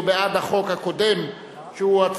34, אין נמנעים.